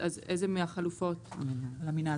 איזו מהחלופות --- המינהל.